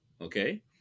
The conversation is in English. Okay